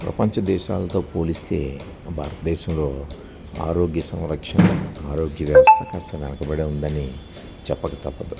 ప్రపంచ దేశాలతో పోలిస్తే మన భారతదేశంలో ఆరోగ్య సంరక్షణ ఆరోగ్య వ్యవస్థ కాస్త వెనకబడే ఉందని చెప్పక తప్పదు